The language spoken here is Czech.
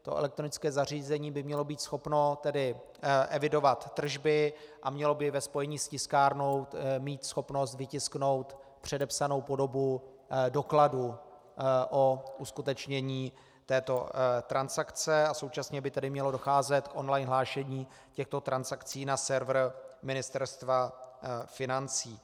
To elektronické zařízení by mělo být schopno evidovat tržby a mělo by ve spojení s tiskárnou mít schopnost vytisknout předepsanou podobu dokladu o uskutečnění této transakce a současně by mělo docházet k on line hlášení těchto transakcí na server Ministerstva financí.